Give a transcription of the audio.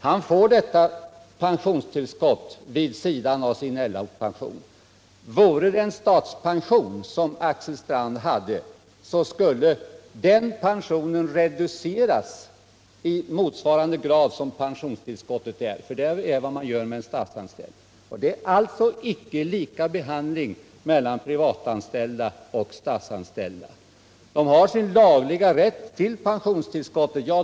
Han får detta pensionstillskott vid == sidan av sin LO-pension. Vore det en statspension som Axel Strand hade, — Samordningen av skulle den pensionen reduceras med pensionstillskottet. Det är vad man = offentliganställdas gör för en statsanställd. Det är alltså inte lika behandling för privatanställd — tjänstepension med och statsanställd. De statsanställda har sin lagliga rätt till pensionstill ATP skott.